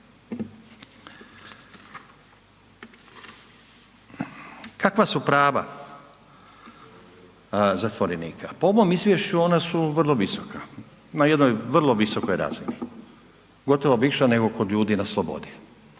Kakva su prava zatvorenika? Po ovom izvješću ona su vrlo visoka, na jednoj vrlo visokoj razini, gotovo viša kod ljudi na slobodi.